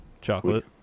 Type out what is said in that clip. chocolate